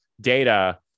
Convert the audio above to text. data